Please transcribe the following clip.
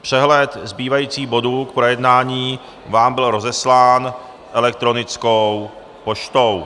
Přehled zbývajících bodů k projednání vám byl rozeslán elektronickou poštou.